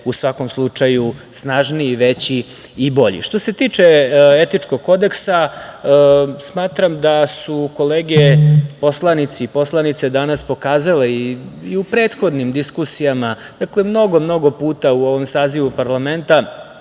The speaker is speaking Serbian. u svakom slučaju snažniji, veći i bolji. Što se tiče etičkog kodeksa, smatram da su kolege poslanici i poslanice danas pokazali, i u prethodnim diskusijama, mnogo puta u ovom sazivu parlamenta,